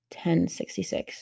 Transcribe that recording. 1066